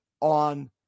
on